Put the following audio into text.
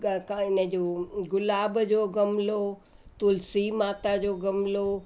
हिनजो गुलाब जो गमलो तुलसी माता जो गमलो